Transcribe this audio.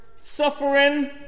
suffering